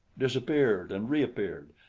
disappeared and reappeared,